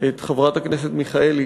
את חברת הכנסת מיכאלי,